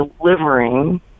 delivering